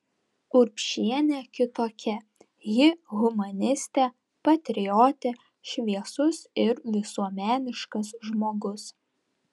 urbšienė kitokia ji humanistė patriotė šviesus ir visuomeniškas žmogus